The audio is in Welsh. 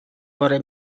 fore